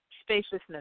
spaciousness